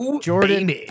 Jordan